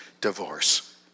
divorce